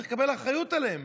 צריך לקבל אחריות עליהם.